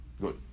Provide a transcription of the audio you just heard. Good